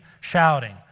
shouting